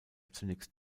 zunächst